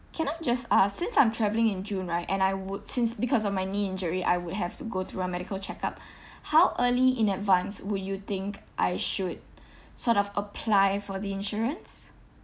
can I just ask since I'm travelling in june right and I would since because of my knee injury I would have to go through a medical check up how early in advance would you think I should sort of apply for the insurance